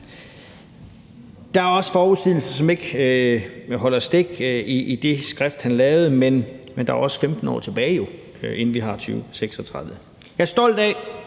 Der er også forudsigelser, som ikke holder stik i det skrift, han lavede, men der er jo også 15 år tilbage, inden vi har 2036. Jeg er stolt af